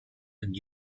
and